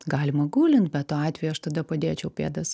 galima gulint bet tuo atveju aš tada padėčiau pėdas